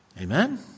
Amen